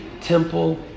temple